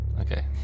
Okay